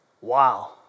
Wow